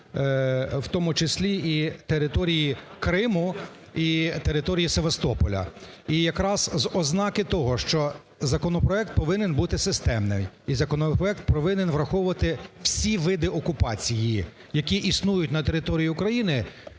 в тому числі, і території Криму, і території Севастополя. І якраз з ознаки того, що законопроект повинен бути системним, і законопроект повинен враховувати всі види окупації, які існують на території України.